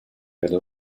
ряду